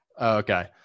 Okay